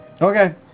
Okay